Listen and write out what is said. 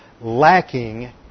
lacking